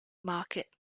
market